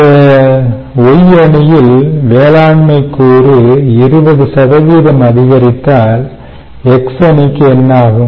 இந்த Y அணியில் வேளாண்மை கூறு 20 அதிகரித்தால் X அணிக்கு என்ன ஆகும்